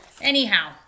Anyhow